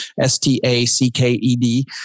S-T-A-C-K-E-D